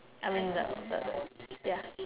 I mean no the the ya